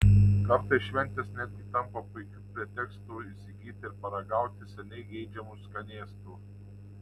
kartais šventės netgi tampa puikiu pretekstu įsigyti ir paragauti seniai geidžiamų skanėstų